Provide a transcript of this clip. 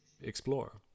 explore